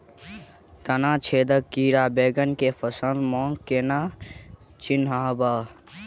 तना छेदक कीड़ा बैंगन केँ फसल म केना चिनहब?